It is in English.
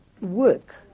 work